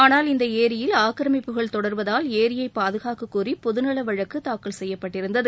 ஆனால் இந்த ஏரியில் ஆக்கிரமிப்புகள் தொடர்வதால் ஏரியை பாதுகாக்கக்கோரி பொதுநல வழக்கு தாக்கல் செய்யப்பட்டிருந்தது